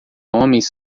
homens